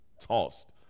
tossed